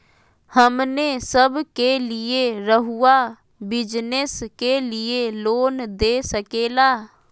हमने सब के लिए रहुआ बिजनेस के लिए लोन दे सके ला?